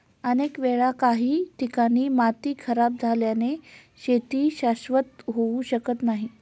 अनेक वेळा काही ठिकाणी माती खराब झाल्याने शेती शाश्वत होऊ शकत नाही